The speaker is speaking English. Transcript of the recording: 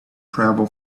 travel